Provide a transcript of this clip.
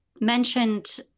mentioned